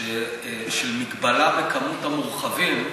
הגבלה במספר המורחבים,